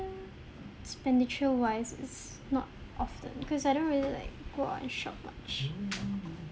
expenditure wise is not often because I don't really like go out and shop much